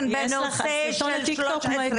להציג בטיק-טוק.